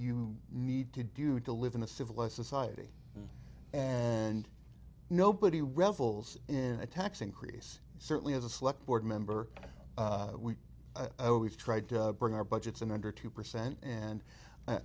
you need to do to live in a civilized society and nobody revels in a tax increase certainly as a select board member we always tried to bring our budgets in under two percent and i